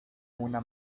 una